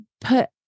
put